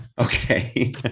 Okay